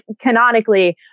canonically